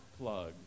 Plug